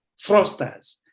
frosters